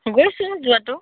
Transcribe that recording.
গৈছিলোঁ যোৱাটো